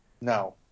no